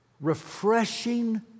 refreshing